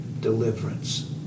deliverance